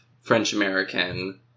French-American